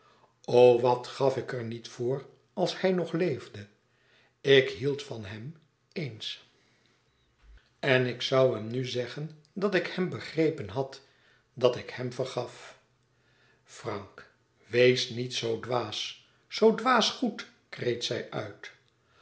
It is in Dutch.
o wat gaf ik er niet voor als hij nog leefde ik hield van hem eens en ik zoû hem nu zeggen dat ik hem begrepen had dat ik hem vergaf frank wees niet zoo dwaas zoo dwaas goed kreet zij uit